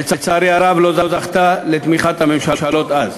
לצערי הרב היא לא זכתה לתמיכת הממשלות אז.